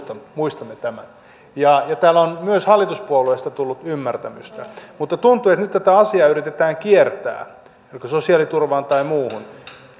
toivomme että muistatte tämän täällä on myös hallituspuolueista tullut ymmärtämystä mutta tuntuu että nyt tätä asiaa yritetään kiertää joko sosiaaliturvaan tai muuhun